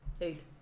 Eight